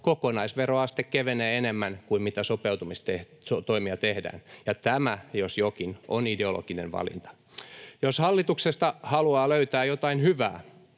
kokonaisveroaste kevenee enemmän kuin mitä sopeutustoimia tehdään — ja tämä jos jokin on ideologinen valinta. Jos hallituksesta haluaa löytää jotain hyvää,